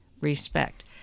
respect